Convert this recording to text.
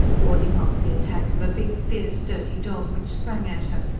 warding off the attack of a big, fierce, dirty dog, which sprang at her,